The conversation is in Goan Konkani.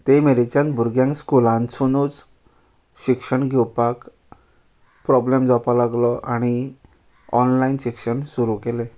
ते मेरेच्यान भुरग्यांक स्कुलानसुनूच शिक्षण घेवपाक प्रॉब्लम जावपा लागलो आनी ऑनलायन शिक्षण सुरू केलें